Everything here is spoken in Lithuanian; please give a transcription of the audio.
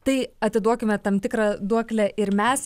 tai atiduokime tam tikrą duoklę ir mes